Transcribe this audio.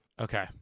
Okay